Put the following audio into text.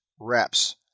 reps